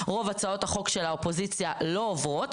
רוב הצעות החוק של האופוזיציה לא עוברות.